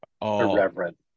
irreverent